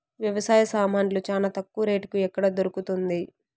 వ్యవసాయ సామాన్లు చానా తక్కువ రేటుకి ఎక్కడ దొరుకుతుంది?